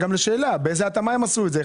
התאמה עשו זאת?